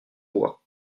bois